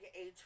age